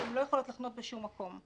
כי הן לא יכולות לחנות בשום מקום.